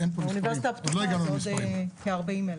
באוניברסיטה הפתוחה זה עוד כ-40,000.